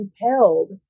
compelled